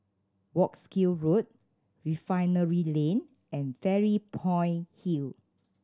Wolskel Road Refinery Lane and Fairy Point Hill